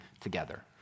together